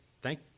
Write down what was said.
Thank